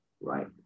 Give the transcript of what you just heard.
right